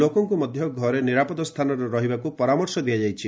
ଲୋକଙ୍କୁ ମଧ୍ୟ ଘରେ ନିରାପଦ ସ୍ଥାନରେ ରହିବାକୁ ପରାମର୍ଶ ଦିଆଯାଇଛି